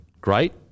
great